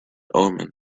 omen